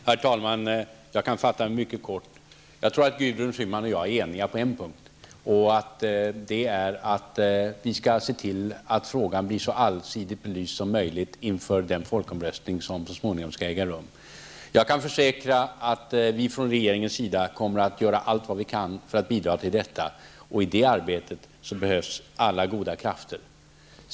Herr talman! Jag kan fatta mig mycket kort. Jag tror att Gudrun Schyman och jag är eniga på en punkt, nämligen att vi skall se till att frågan blir så allsidigt belyst som möjligt inför den folkomröstning som så småningom skall äga rum. Jag kan försäkra att vi från regeringens sida kommer att göra allt vi kan för att bidra till detta. Och i detta arbete behövs alla goda krafter.